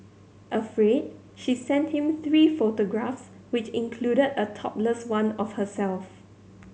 afraid she sent him three photographs which included a topless one of herself